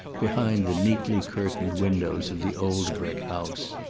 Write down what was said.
behind the neatly curtained windows of the old brick house.